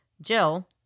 Jill